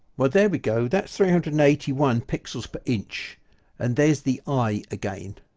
well there we go that's three hundred and eighty one pixels per inch and there's the eye again